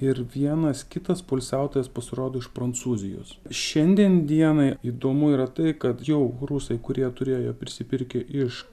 ir vienas kitas poilsiautojas pasirodo iš prancūzijos šiandien dienai įdomu yra tai kad jau rusai kurie turėjo prisipirkę iš